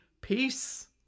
Peace